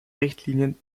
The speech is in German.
richtlinien